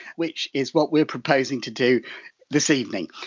which is what we're proposing to do this evening.